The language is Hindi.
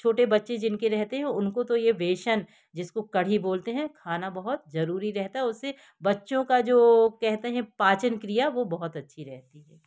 छोटे बच्चे जिन के रहते हैं उनको तो ये बेसन जिसको कड़ी बोलते हैं खाना बहुत ज़रूरी रहता है उससे बच्चों का जो कहते हैं पाचन क्रिया वो बहुत अच्छी रहती है